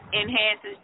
enhances